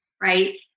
right